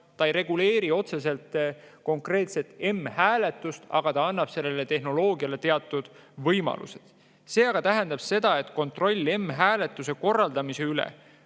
ei reguleeri otseselt konkreetselt m‑hääletust, aga see annab selle tehnoloogia [kasutamiseks] teatud võimalused. See aga tähendab seda, et kontroll m‑hääletuse korraldamise üle